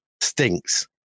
stinks